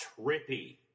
trippy